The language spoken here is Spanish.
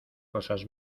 cosas